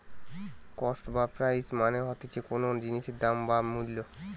cost বা price মানে হতিছে কোনো জিনিসের দাম বা মূল্য